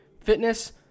fitness